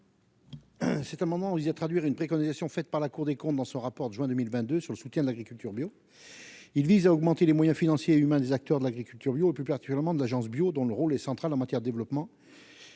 un moment où, disait à traduire une préconisation faite par la Cour des comptes dans son rapport de juin 2022 sur le soutien de l'agriculture bio, il vise à augmenter les moyens financiers et humains des acteurs de l'agriculture bio, et plus particulièrement de l'Agence Bio, dont le rôle est central en matière de développement.